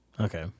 okay